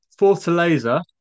Fortaleza